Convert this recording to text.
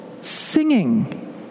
singing